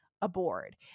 aboard